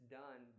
done